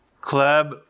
club